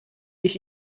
ich